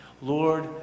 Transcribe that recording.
Lord